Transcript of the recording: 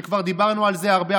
שכבר דיברנו על זה הרבה,